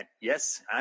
Yes